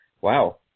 wow